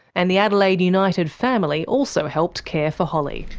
and the adelaide united family also helped care for holly.